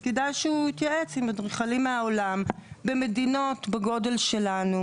אז כדאי שהוא יתייעץ עם אדריכלים מהעולם במדינות בגודל שלנו.